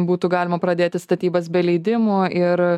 būtų galima pradėti statybas be leidimų ir